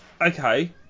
Okay